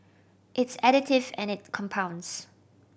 it's additive and it compounds